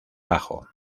bajo